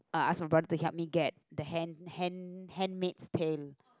uh ask my brother to help me get the hand hand hand mix peel